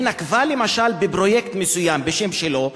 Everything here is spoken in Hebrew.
היא נקבה, למשל, בפרויקט מסוים, בשם שלו.